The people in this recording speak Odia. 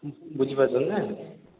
ବୁଝି ପାରୁଛନ୍ତି ନା